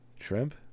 shrimp